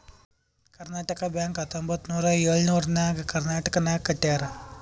Canara bank ಹತ್ತೊಂಬತ್ತ್ ನೂರಾ ಎಳುರ್ನಾಗ್ ಕರ್ನಾಟಕನಾಗ್ ಕಟ್ಯಾರ್